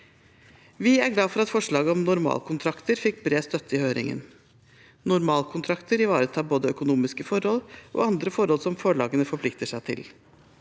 Vi er glad for at forslaget om normalkontrakter fikk bred støtte i høringen. Normalkontrakter ivaretar både økonomiske forhold og andre forhold som forlagene forplikter seg til.